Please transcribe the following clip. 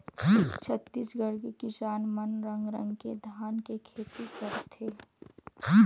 छत्तीसगढ़ के किसान मन रंग रंग के धान के खेती करथे